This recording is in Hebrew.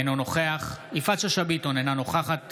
אינו נוכח יפעת שאשא ביטון, אינה נוכחת